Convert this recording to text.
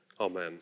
amen